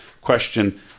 Question